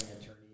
attorney